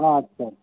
ᱳᱟᱪᱪᱷᱟ ᱟᱪᱪᱷᱟ